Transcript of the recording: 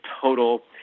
total